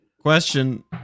question